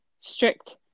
strict